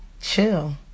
chill